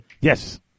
Yes